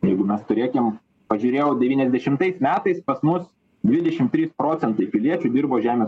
jeigu mes turėkim pažiūrėjau devyniasdešimtais metais pas mus dvidešim trys procentai piliečių dirbo žemės